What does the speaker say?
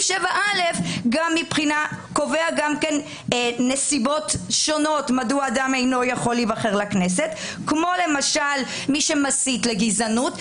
7א קובע מדוע אדם אינו יכול להיבחר לכנסת כמו מי שמסית לגזענות,